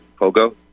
Pogo